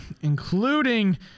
including